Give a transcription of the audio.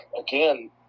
again